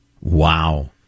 Wow